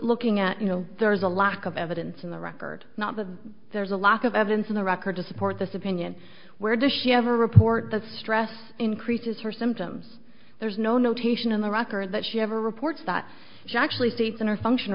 looking at you know there is a lack of evidence in the record not the there's a lack of evidence in the record to support this opinion where does she have a report that stress increases her symptoms there's no notation in the record that she ever reports that she actually states in her function